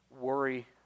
worry